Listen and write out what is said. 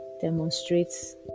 demonstrates